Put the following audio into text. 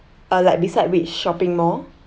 uh like beside which shopping mall